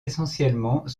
essentiellement